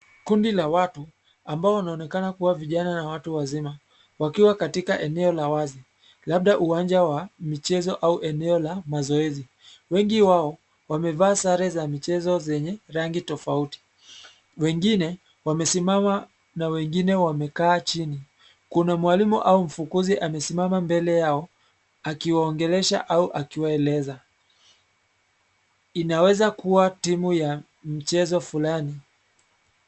Kundi la watu, ambao wanaonekana kuwa vijana na watu wazima, wakiwa katika eneo la wazi, labda uwanja wa, michezo au eneo la mazoezi, wengi wao, wamevaa sare za michezo zenye rangi tofauti, wengine, wamesimama, na wengine wamekaa chini, kuna mwalimu au mkufunzi amesimama mbele yao, akiwaongelesha au akiwaeleza, inaweza kuwa timu ya, mchezo fulani.